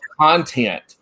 content